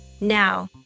Now